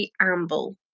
amble